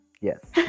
Yes